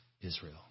Israel